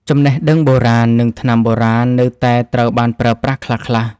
ចំណេះដឹងបុរាណ និងថ្នាំបុរាណនៅតែត្រូវបានប្រើប្រាស់ខ្លះៗ។